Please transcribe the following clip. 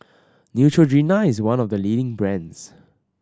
Neutrogena is one of the leading brands